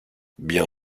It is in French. bien